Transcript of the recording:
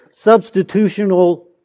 substitutional